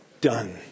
done